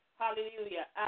hallelujah